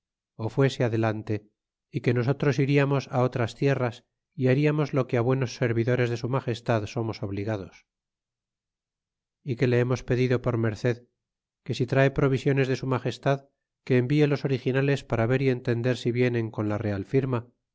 fuese adelante é que nosotros iriamos otras tierras é hariamos o que á buenos servidores de su magestad somos obligados é que le hemos pedido por merced que si trae provisiones de su magestad que envie los originales para ver y entender si vienen con la real firma